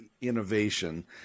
innovation